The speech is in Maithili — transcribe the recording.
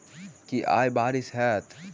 की आय बारिश हेतै?